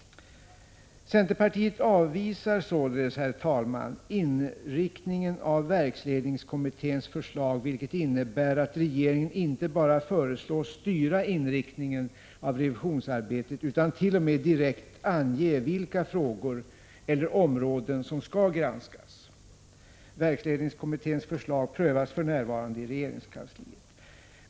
Centerpartiet avvisar således, herr talman, inriktningen av verksledningskommitténs förslag, vilket innebär att regeringen inte bara föreslås styra inriktningen av revisionsarbetet, utan t.o.m. direkt ange vilka frågor eller områden som skall granskas. Verksledningskommitténs förslag prövas för närvarande i regeringskansliet.